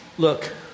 Look